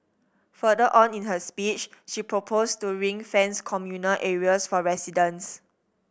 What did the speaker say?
further on in her speech she proposed to ring fence communal areas for residents